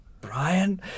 Brian